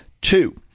two